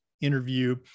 interview